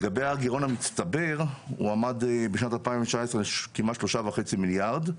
לגבי הגרעון המצטבר הוא עמד בשנת 2019 על כמעט שלושה וחצי מיליארד,